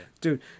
Dude